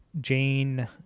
Jane